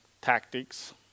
tactics